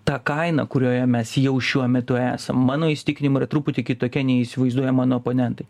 ta kaina kurioje mes jau šiuo metu esam mano įsitikinimu yra truputį kitokia nei įsivaizduoja mano oponentai